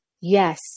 Yes